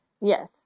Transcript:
Yes